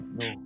no